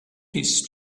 his